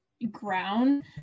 ground